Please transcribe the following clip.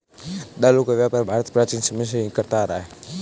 दालों का व्यापार भारत प्राचीन समय से ही करता आ रहा है